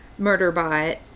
Murderbot